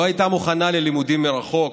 לא הייתה מוכנה ללימודים מרחוק,